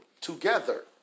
together